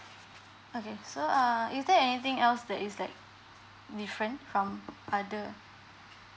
okay so err is there anything else that is like different from other